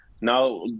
now